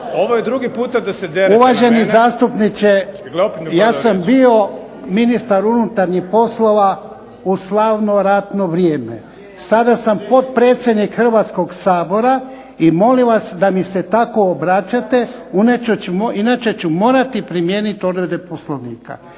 Uvaženi zastupniče ja sam bio ministar unutarnjih poslova u slavno ratno vrijeme. Sada sam potpredsjednik Hrvatskog sabora i molim vas da mi se tako obraćate inače ću morati primijeniti odredbe Poslovnika.